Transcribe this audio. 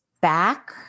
back